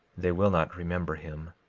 they will not remember him.